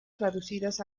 traducidas